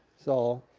so.